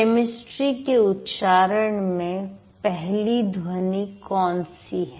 chemistry के उच्चारण में पहली ध्वनि कौन सी है